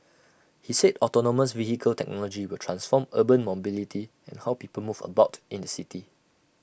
he said autonomous vehicle technology will transform urban mobility and how people move about in the city